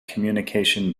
communication